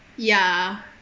ya